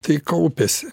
tai kaupiasi